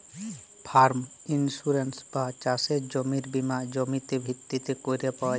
farm insurance বা চাসের জমির বীমা জমিতে ভিত্তি ক্যরে পাওয়া যায়